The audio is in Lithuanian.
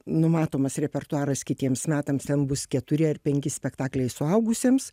numatomas repertuaras kitiems metams ten bus keturi ar penki spektakliai suaugusiems